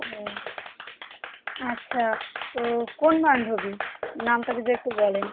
ও আচ্ছা তো কোন বান্ধবী নামটা যদি একটু বলেন